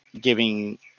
giving